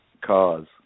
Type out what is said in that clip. cars